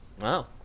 Wow